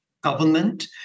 government